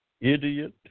idiot